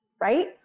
right